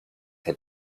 had